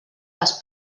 les